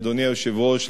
אדוני היושב-ראש,